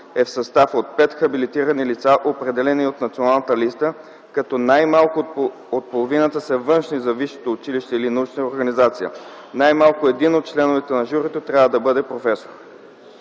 е в състав от пет хабилитирани лица, определени от Националната листа, като най-малко от половината са външни за висшето училище или научната организация. Най-малко един от членовете на журито трябва да бъде професор.”